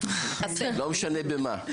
לא משנה במה,